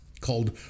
called